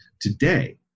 today